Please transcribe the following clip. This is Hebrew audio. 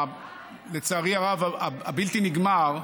לצערי הרב הבלתי-נגמר,